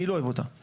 אני לא אוהב אותה.